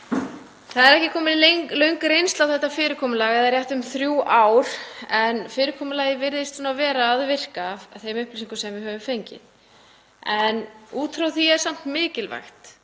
Það er ekki komin löng reynsla á þetta fyrirkomulag, eða rétt um þrjú ár, en fyrirkomulagið virðist vera að virka samkvæmt þeim upplýsingum sem við höfum fengið. Út frá því er samt mikilvægt